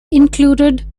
included